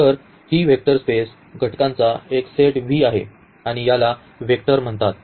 तर ही vector space घटकांचा एक सेट V आहे आणि याला वेक्टर म्हणतात